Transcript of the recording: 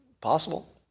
Possible